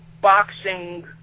Boxing